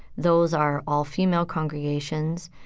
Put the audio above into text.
those are all-female congregations.